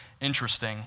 interesting